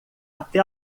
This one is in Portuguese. até